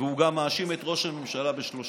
והוא גם מאשים את ראש הממשלה בשלושה,